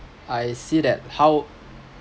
I see that how